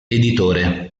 editore